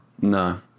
no